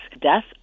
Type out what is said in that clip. death